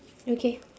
okay